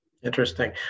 Interesting